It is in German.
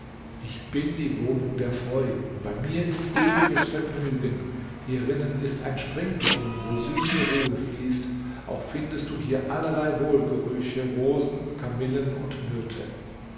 ich bin die wohnung der freuden bei mir ist ewiges vergnügen hierinnen ist ein springbrunnen wo süße ruhe fließt auch findest du hier allerlei wohlgerüche rosen kamillen und myrte